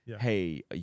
hey